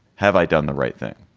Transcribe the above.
have i done the right thing?